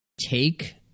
take